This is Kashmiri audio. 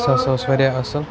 سُہ ہَسا اوس واریاہ اَصٕل